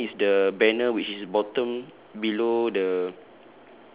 the third one is the banner which is bottom below the